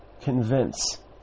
convince